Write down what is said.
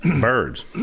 birds